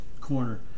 corner